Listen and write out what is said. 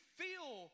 feel